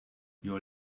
your